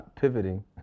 pivoting